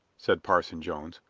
said parson jones,